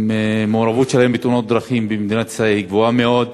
המעורבות שלהם בתאונות דרכים במדינת ישראל גבוהה מאוד.